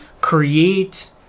create